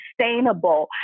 sustainable